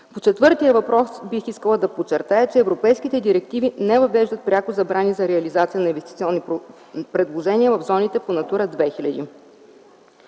По четвъртия въпрос, бих искала да подчертая, че европейските директиви не отвеждат пряко забрани за реализация на инвестиционни предложения в зоните по „Натура 2000”.